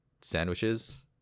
sandwiches